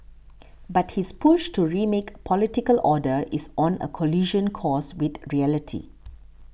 but his push to remake political order is on a collision course with reality